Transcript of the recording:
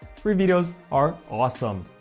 free videos are awesome,